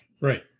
Right